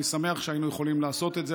אני שמח שהיינו יכולים לעשות את זה.